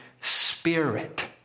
spirit